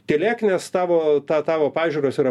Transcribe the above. tylėk nes tavo tą tavo pažiūros yra pasenusios